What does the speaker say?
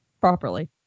Properly